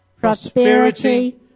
prosperity